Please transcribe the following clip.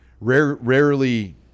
rarely